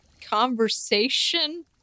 conversation